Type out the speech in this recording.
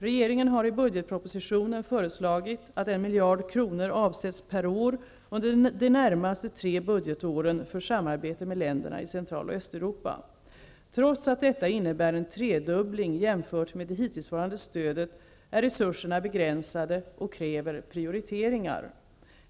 Regeringen har i budgetpropositionen föreslagit att en miljard kronor avsätts per år under de närmaste tre budgetåren för samarbete med länderna i Centraloch Östeuropa. Trots att detta innebär en tredubbling jämfört med det hittillsvarande stödet, är resurserna begränsade och kräver prioriteringar.